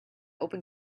open